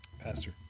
pastor